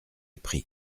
pris